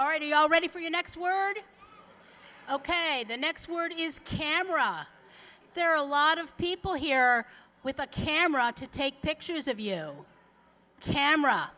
already already for your next word ok the next word is camera there are a lot of people here with a camera to take pictures of you camera